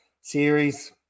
series